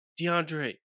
DeAndre